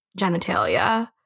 genitalia